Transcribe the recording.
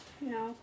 No